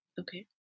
Okay